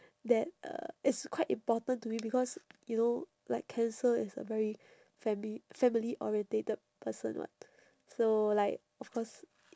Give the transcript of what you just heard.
that uh is quite important to me because you know like cancer is a very family family orientated person [what] so like of course